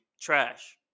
trash